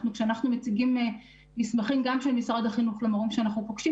כשאנחנו מציגים מסמכים גם של משרד החינוך למורים שאנחנו פוגשים,